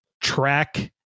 track